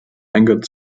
angered